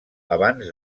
abans